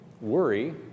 worry